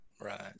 Right